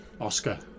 Oscar